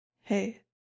Hey